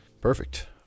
perfect